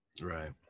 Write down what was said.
right